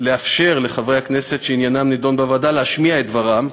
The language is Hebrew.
לאפשר לחברי הכנסת שעניינם נדון בוועדה להשמיע את דברם,